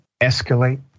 escalate